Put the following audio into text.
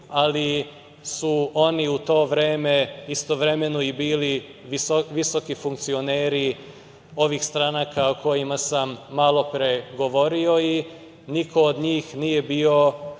ali su oni u to vreme istovremeno i bili visoki funkcioneri ovih stranaka o kojima sam malopre govorio i niko od njih nije